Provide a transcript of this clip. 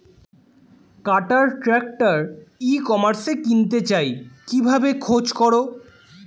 কাটার tractor ই কমার্সে কিনতে চাই কিভাবে খোঁজ করো?